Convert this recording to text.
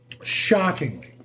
Shockingly